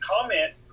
comment